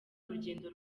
urugendo